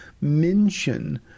mention